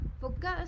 focus